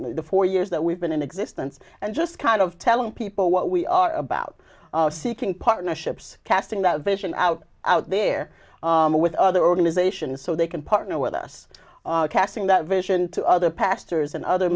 the four years that we've been in existence and just kind of telling people what we are about seeking partnerships casting that vision out out there with other organizations so they can partner with us casting that vision to other pastors and other